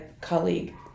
colleague